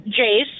Jace